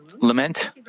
lament